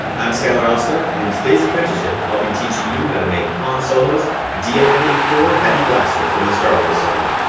i'm skyler ostler and in todays apprenticeship i will be teaching you how to make han solo's dl forty four heavy blaster from the star wars saga.